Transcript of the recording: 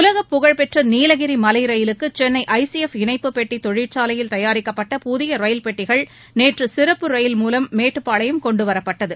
உலக புகழ்பெற்ற நீலகிரி மலை ரயிலுக்கு சென்னை ஐ சி எஃப் இணைப்பு பெட்டி தொழிற்சாலையில் தயாரிக்கப்பட்ட புதிய ரயில்பெட்டிகள் நேற்று சிறப்பு ரயில் மூலம் மேட்டுப்பாளையம் கொண்டுவரப்பட்டது